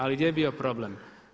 Ali gdje je bio problem?